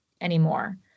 anymore